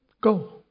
Go